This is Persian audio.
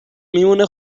میمونه